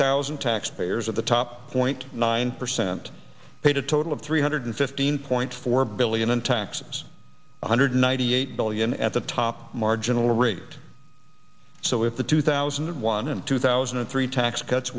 thousand taxpayers at the top point nine percent paid a total of three hundred fifteen point four billion in taxes one hundred ninety eight billion at the top marginal rate so if the two thousand and one and two thousand and three tax cuts